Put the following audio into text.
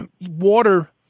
water